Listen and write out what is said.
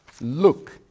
look